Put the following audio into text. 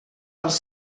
els